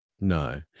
No